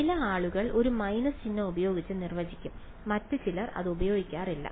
ചില ആളുകൾ ഒരു മൈനസ് ചിഹ്നം ഉപയോഗിച്ച് നിർവചിക്കും മറ്റു ചിലർ അത് ഉപയോഗിക്കാറില്ല